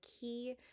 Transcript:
key